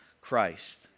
Christ